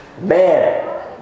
man